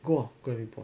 go ah go and report